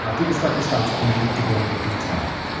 um deepest darkest thoughts, too many to go into detail.